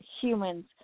humans